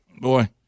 boy